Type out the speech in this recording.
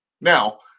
Now